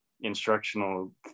instructional